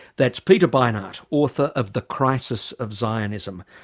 that's peter beinart, author of the crisis of zionism.